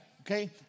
okay